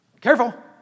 Careful